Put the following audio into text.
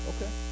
Okay